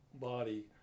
body